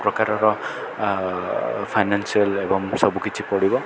ପ୍ରକାରର ଫାଇନାନ୍ସିଆଲ୍ ଏବଂ ସବୁକିଛି ପଡ଼ିବ